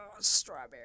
Strawberry